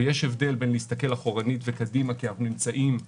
ויש הבדל בין להסתכל אחורה וקדימה כי היינו במגמה